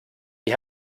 wie